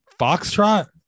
foxtrot